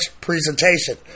presentation